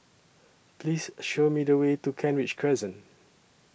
Please Show Me The Way to Kent Ridge Crescent